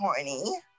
horny